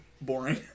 boring